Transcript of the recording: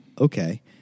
okay